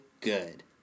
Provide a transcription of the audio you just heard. good